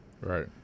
Right